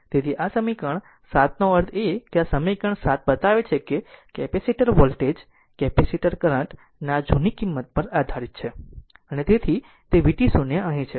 તેથી આ સમીકરણ 7 નો અર્થ એ કે આ સમીકરણ 7 બતાવે છે કે કેપેસિટર વોલ્ટેજ કેપેસિટર કરંટ ના જૂની કિમત પર આધારિત છે અને તેથી તે vt0 અહીં છે